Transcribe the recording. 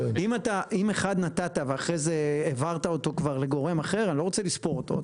אם אחד נתת ואחרי זה העברת אותו כבר לגורם אחר אני לא רוצה לספור אותו.